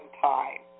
time